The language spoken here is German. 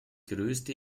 größte